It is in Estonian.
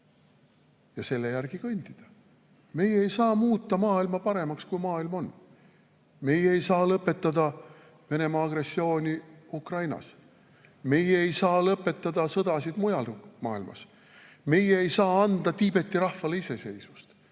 ja selle järgi kõndida. Meie ei saa muuta maailma paremaks, kui maailm on. Meie ei saa lõpetada Venemaa agressiooni Ukrainas. Meie ei saa lõpetada sõdasid mujal maailmas. Meie ei saa anda Tiibeti rahvale iseseisvust.